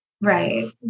Right